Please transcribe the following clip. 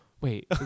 Wait